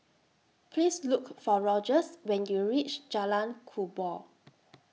Please Look For Rogers when YOU REACH Jalan Kubor